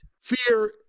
Fear